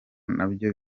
nabyo